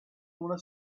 una